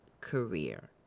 career